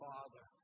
Father